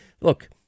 Look